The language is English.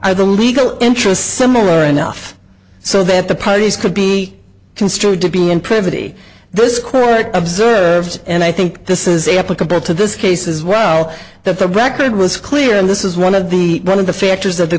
either legal interest similar enough so that the parties could be construed to be in privity this court observed and i think this is a applicable to this case as well that the record was clear and this is one of the one of the factors that the